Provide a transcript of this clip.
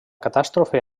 catàstrofe